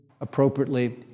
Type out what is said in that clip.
appropriately